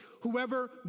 Whoever